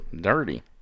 dirty